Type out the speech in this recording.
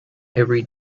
every